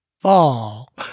fall